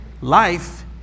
Life